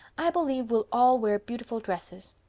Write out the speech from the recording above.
i believe we'll all wear beautiful dresses.